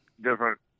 different